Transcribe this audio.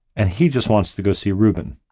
and he just wants to go see reuben.